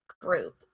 group